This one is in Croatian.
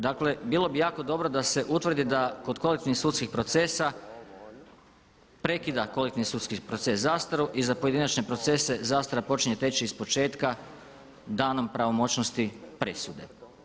Dakle, bilo bi jako dobro da se utvrdi da kod kolektivnih sudskih procesa prekida kolektivni sudski proces zastaru i za pojedinačne procese zastara počinje teći ispočetka danom pravomoćnosti presude.